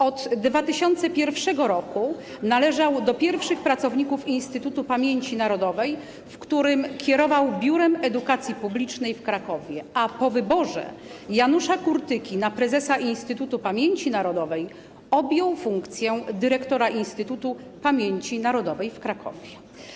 Od 2001 r. należał do pierwszych pracowników Instytutu Pamięci Narodowej, w którym kierował Biurem Edukacji Publicznej w Krakowie, a po wyborze Janusza Kurtyki na prezesa Instytutu Pamięci Narodowej objął funkcję dyrektora Instytutu Pamięci Narodowej w Krakowie.